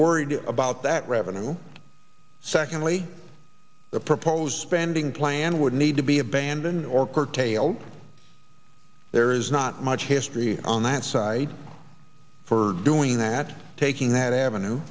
worried about that revenue secondly the proposed spending plan would need to be abandoned or curtailed there is not much history on that side for doing that taking that avenue